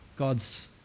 God's